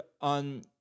on